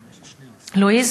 לואיז,